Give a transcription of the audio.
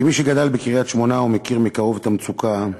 כמי שגדל בקריית-שמונה ומכיר מקרוב את המצוקה,